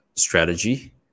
strategy